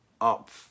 up